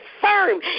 firm